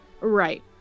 Right